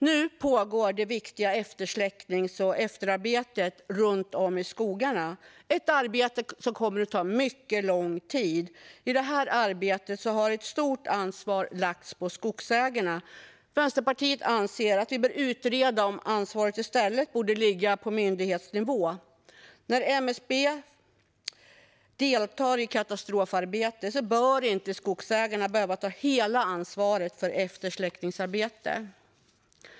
Nu pågår det viktiga eftersläcknings och efterarbetet runt om i skogarna. Det är ett arbete som kommer att ta mycket lång tid. I det här arbetet har ett stort ansvar lagts på skogsägarna. Vänsterpartiet anser att vi bör utreda om ansvaret i stället borde ligga på myndighetsnivå. När MSB deltar i katastrofarbetet bör inte skogsägarna behöva ta hela ansvaret för eftersläckningsarbetet.